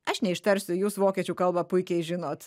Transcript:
aš neištarsiu jūs vokiečių kalbą puikiai žinot